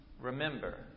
remember